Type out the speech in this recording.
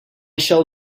shall